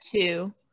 two